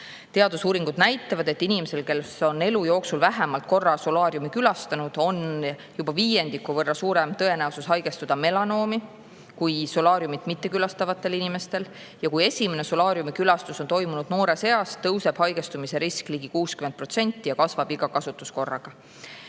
Teadusuuringud näitavad, et inimesel, kes on elu jooksul vähemalt korra solaariumi külastanud, on juba viiendiku võrra suurem tõenäosus haigestuda melanoomi kui solaariumit mittekülastavatel inimestel. Ja kui esimene solaariumikülastus on toimunud noores eas, tõuseb haigestumise risk ligi 60% ja kasvab iga kasutuskorraga.